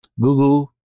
Google